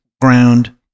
ground